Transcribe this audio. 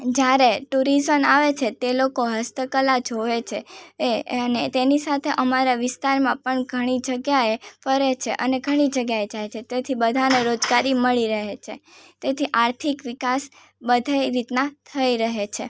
જ્યારે ટુરિઝન આવે છે તે લોકો હસ્તકલા જોવે છે એ અને તેની સાથે અમારા વિસ્તારમાં પણ ઘણી જગ્યાએ ફરે છે અને ઘણી જગ્યાએ જાય છે તેથી બધાને રોજગારી મળી રહે છે તેથી આર્થિક વિકાસ બધીય રીતના થઈ રહે છે